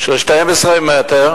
של 12 מטר,